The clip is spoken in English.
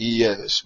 yes